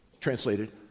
translated